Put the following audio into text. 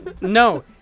No